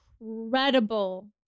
incredible